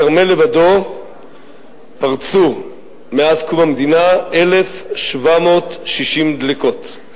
בכרמל לבדו פרצו מאז קום המדינה 1,760 דלקות,